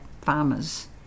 farmers